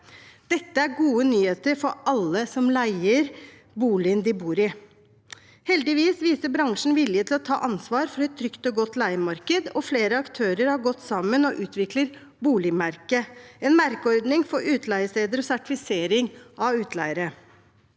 Dette er gode nyheter for alle som leier boligen de bor i. Heldigvis viste bransjen vilje til å ta ansvar for et trygt og godt leiemarked, og flere aktører har gått sammen og utvikler Boligmerket – en merkeordning for utleiesteder og sertifisering av utleiere.